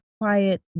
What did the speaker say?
Quiet